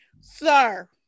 sir